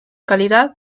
calidad